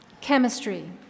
Chemistry